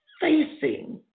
facing